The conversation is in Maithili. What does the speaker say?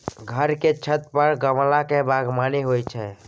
घर के छत पर गमला मे बगबानी होइ छै